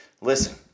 Listen